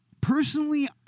personally